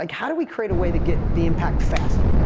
like how do we create a way to get the impact faster?